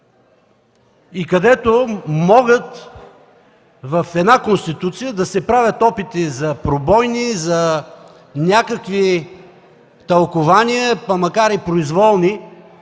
и където могат в една Конституция да се правят опити за пробойни, за някакви тълкувания, та макар и произволни.